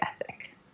ethic